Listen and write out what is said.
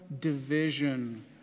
division